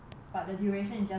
but the duration is just like